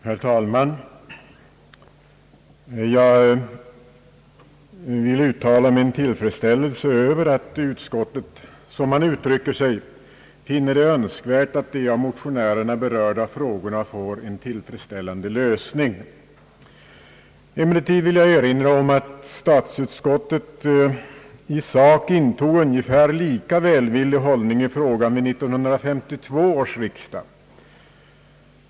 Herr talman! Jag får uttala min glädje över att utskottet, som man uttrycker sig, »finner det önskvärt att de av motionärerna berörda frågorna får en tillfredsställande lösning». Emellertid vill jag erinra om att statsutskottet i sak intog ungefär lika välvillig hållning i frågan vid 1952 års riksdag.